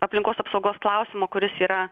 aplinkos apsaugos klausimo kuris yra